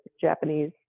Japanese